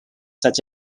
such